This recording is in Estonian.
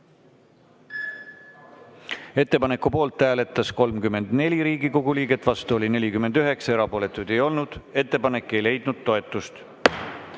Ettepaneku poolt hääletas 33 Riigikogu liiget, vastu oli 49, erapooletuid ei olnud. Ettepanek ei leidnud toetust.43.